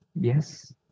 yes